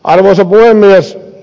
arvoisa puhemies